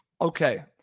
Okay